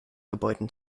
gebäuden